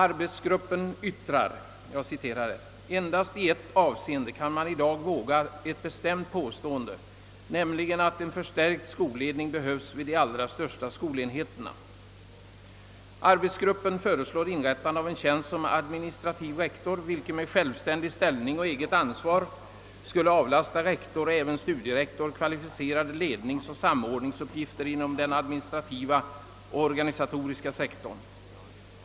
Arbetsgruppen yttrar: »Endast i ett avseende kan man i dag våga ett bestämt på stående, nämligen att en förstärkt skolledning behövs vid de allra största skolenheterna.» Arbetsgruppen föreslår inrättande av en tjänst som administrativ rektor, vilken med självständig ställning och eget ansvar skulle avlasta rektor och även studierektor kvalificerade ledningsoch samordningsuppgifter inom den administrativa och organisatoriska sektorn.